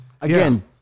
Again